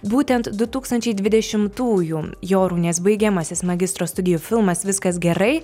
būtent du tūkstančiai dvidešimtųjų jorūnės baigiamasis magistro studijų filmas viskas gerai